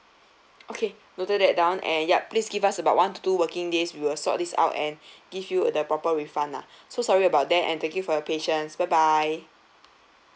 okay noted that down and yup please give us about one to two working days we will sort this out and give you the proper refund lah so sorry about that and thank you for your patience bye bye